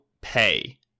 pay